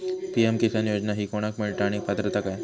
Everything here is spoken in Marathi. पी.एम किसान योजना ही कोणाक मिळता आणि पात्रता काय?